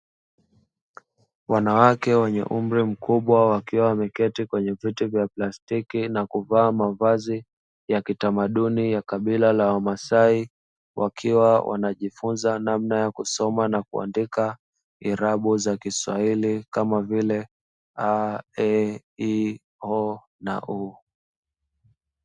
Wanawake wenye umri mkubwa wakiwa wameketi kwenye viti vya plastiki, na kuvaa mavazi ya kitamaduni ya kabila la wamasai, wakiwa wanajifunza namna ya kusoma na kuandika irabu za kiswahili kama vile A, E, I, O na U.